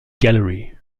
gallery